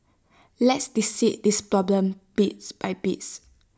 let's dissect this problem piece by piece